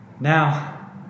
Now